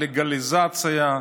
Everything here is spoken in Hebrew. על לגליזציה,